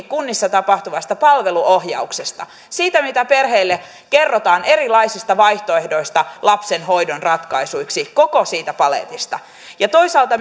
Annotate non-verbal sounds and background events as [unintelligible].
[unintelligible] kunnissa tapahtuvasta palveluohjauksesta siitä mitä perheille kerrotaan erilaisista vaihtoehdoista lapsen hoidon ratkaisuiksi koko siitä paletista ja toisaalta [unintelligible]